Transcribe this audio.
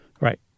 Right